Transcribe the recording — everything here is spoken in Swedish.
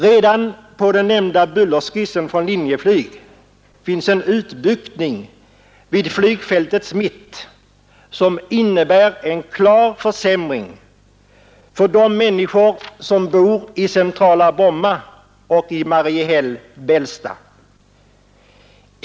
Redan på den nämnda bullerskissen från Linjeflyg finns en utbuktning vid flygfältets mitt, som innebär en klar försämring för de människor som bor i centrala Bromma och i Mariehäll—Bällsta.